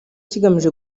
kigamije